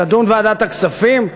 תדון ועדת הכספים?